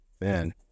Man